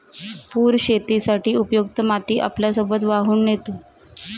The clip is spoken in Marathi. पूर शेतीसाठी उपयुक्त माती आपल्यासोबत वाहून नेतो